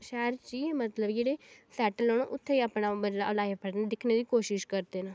शैह्र च ई मतलब जेह्ड़े सेटल न मतलब उत्थें ई अपना लाइफ पार्टनर दिक्खने दी कोशिश करदे न